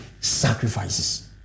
sacrifices